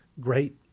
great